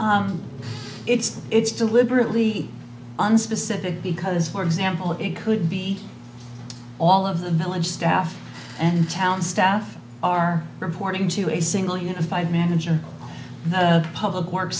late it's it's deliberately unspecific because for example it could be all of the knowledge staff and town staff are reporting to a single unified manager the public works